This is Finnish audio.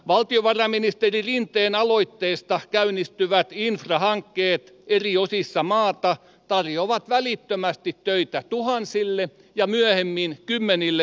valtiovarainministeri rinteen aloitteesta käynnistyvät infrahankkeet eri osissa maata tarjoavat välittömästi töitä tuhansille ja myöhemmin kymmenilletuhansille